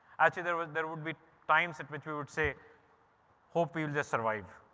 actually there would there would be times at which we would say hope we will just survive.